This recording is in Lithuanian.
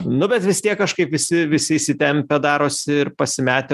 nu bet vis tiek kažkaip visi visi įsitempę darosi ir pasimetę